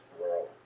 world